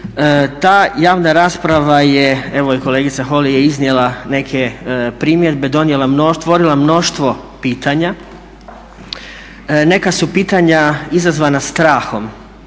Ta javna rasprava je evo i kolegica Holy je iznijela neke primjedbe, otvorila mnoštvo pitanja. Neka su pitanja izazvana strahom